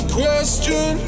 question